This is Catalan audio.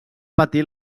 patir